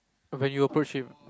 when you approach him